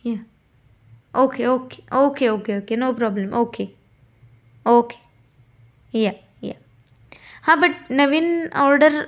या okay okay okay okay okay no problem okay okay yeah yeah हां but Naveen order